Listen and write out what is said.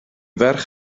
ferch